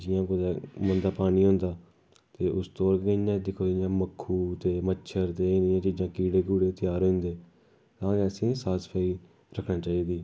जि'यां कुतै गंदा पानी होंदा ते उस स्हाब कन्नै इ'यां दिक्खो जि'यां मक्खी मच्छर ऐ चीजां कीड़े कुड़े त्यार होंदे ते होर असेंगी साफ सफाई रखना चाहिदी